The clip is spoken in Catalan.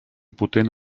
potent